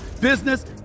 business